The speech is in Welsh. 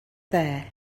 dde